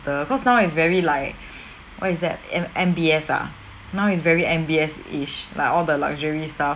the cause now it's very like what is that a M_B_S ah now is very M_B_Sish like all the luxury stuff